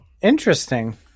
Interesting